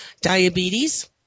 diabetes